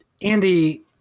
Andy